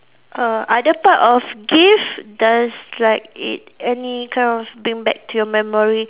err other part of gift does like it any kind of bring back to your memory